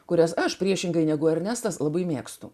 kurias aš priešingai negu ernestas labai mėgstu